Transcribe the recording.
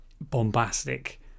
bombastic